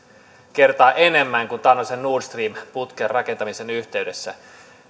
kertaa enemmän kuin taannoisen nord stream putken rakentamisen yhteydessä